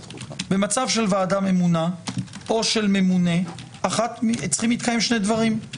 במצב של ועדה ממונה או של ממונה צריכים להתקיים שני דברים.